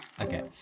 Okay